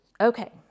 Okay